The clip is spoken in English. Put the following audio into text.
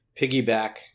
piggyback